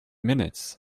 minutes